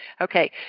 Okay